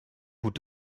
gut